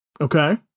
Okay